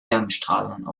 wärmestrahlern